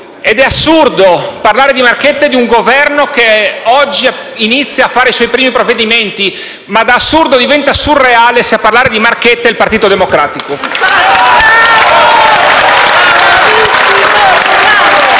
Ed è assurdo parlare di marchette per un Governo che oggi inizia a fare i suoi primi provvedimenti. Ma da assurdo diventa surreale se a parlare di marchette è il Partito Democratico!